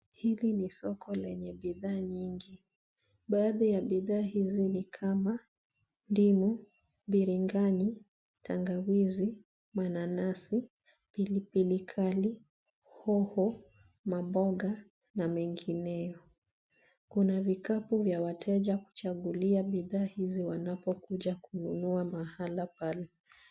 Hili ni soko lenye bidhaa nyingi. Baathi ya bidhaa hizi ni kama ndimu, biringani, tangawizi, mananasi, pilipilikali, hoho, mamboga, na mengineo. Kuna vikapu vya wateja kuchagulia bidhaa hizi wanapo kuja kununua mahala pale.